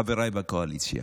חבריי בקואליציה,